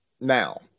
Now